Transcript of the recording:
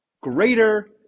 greater